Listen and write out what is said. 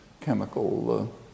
chemical